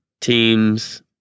teams